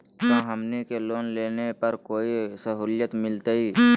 का हमनी के लोन लेने पर कोई साहुलियत मिलतइ?